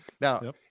Now